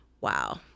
wow